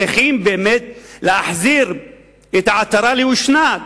צריכים להחזיר את העטרה ליושנה.